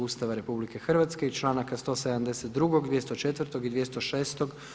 Ustava RH i članaka 172., 204. i 206.